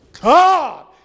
God